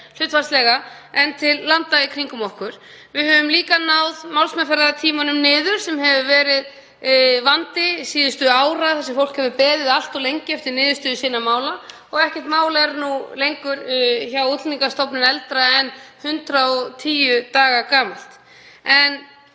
hlutfallslega en til landa í kringum okkur. Við höfum líka náð málsmeðferðartímanum niður sem hefur verið vandi síðustu ár þar sem fólk hefur beðið allt of lengi eftir niðurstöðu sinna mála. Ekkert mál er nú hjá Útlendingastofnun eldra en 110 daga gamalt. En